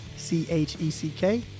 C-H-E-C-K